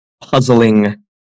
puzzling